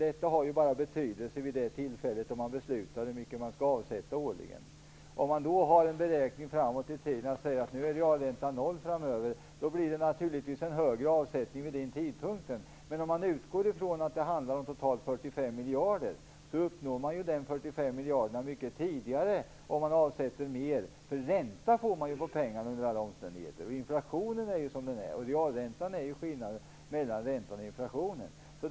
Det har bara betydelse vid det tillfälle då man beslutar hur mycket man skall avsätta årligen. Om man då säger att realräntan framöver skall vara 0 % blir det naturligtvis en högre avsättning vid den tidpunkten. Men om man utgår ifrån att det handlar om totalt 45 miljarder uppnår man de 45 miljarderna mycket tidigare om man avsätter mer, för man får ju ränta på pengarna under alla omständigheter, och inflationen är ju som den är. Realräntan är ju skillnaden mellan räntan och inflationen.